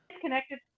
connected